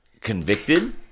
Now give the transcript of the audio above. convicted